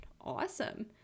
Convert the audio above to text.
awesome